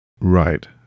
right